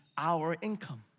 our income.